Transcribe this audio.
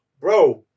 bro